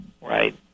right